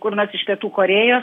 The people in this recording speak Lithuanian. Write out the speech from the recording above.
kur nors iš pietų korėjos